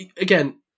again